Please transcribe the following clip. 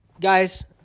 guys